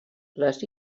les